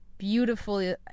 beautiful